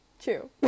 True